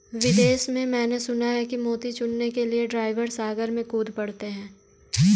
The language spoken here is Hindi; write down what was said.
विदेश में मैंने सुना है कि मोती चुनने के लिए ड्राइवर सागर में कूद पड़ते हैं